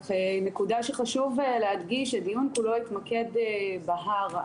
רק נקודה שחשוב להדגיש, הדיון כולו התמקד בהר.